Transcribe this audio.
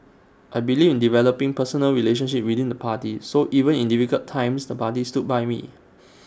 I believe in developing personal relationships within the party so even in difficult times the party stood by me